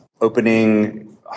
opening